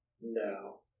No